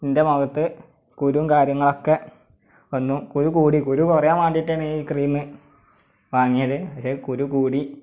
എൻ്റെ മുഖത്ത് കുരുവും കാര്യങ്ങളൊക്കെ വന്നു കുരു കൂടി കുരു കുറയാൻ വേണ്ടിയിട്ടാണ് ഈ ക്രീമ് വാങ്ങിയത് പക്ഷേ കുരു കൂടി